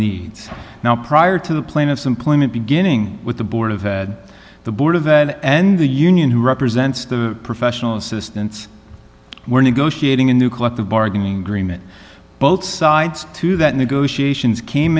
needs now prior to the plaintiff's employment beginning with the board of ed the board of and the union who represents the professional assistance we're negotiating a new collective bargaining agreement both sides to that negotiations came